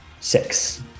six